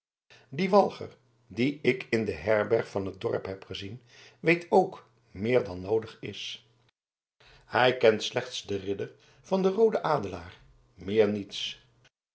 die walger dien ik in de herberg van t dorp heb gezien weet ook meer dan noodig is hij kent slechts den ridder van den rooden adelaar meer niets